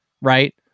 right